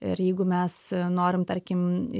ir jeigu mes norim tarkim